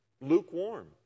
lukewarm